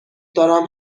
دارم